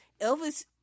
elvis